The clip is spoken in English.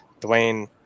Dwayne